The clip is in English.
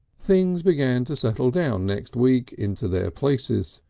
things began to settle down next week into their places.